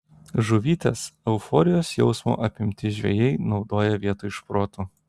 žuvytės euforijos jausmo apimti žvejai naudoja vietoj šprotų